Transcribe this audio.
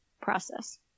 process